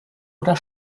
oder